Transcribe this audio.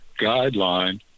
guideline